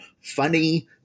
funny